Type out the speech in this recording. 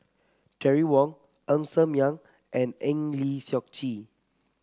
Terry Wong Ng Ser Miang and Eng Lee Seok Chee